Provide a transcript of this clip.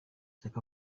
shyaka